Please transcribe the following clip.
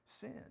sin